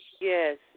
Yes